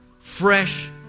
fresh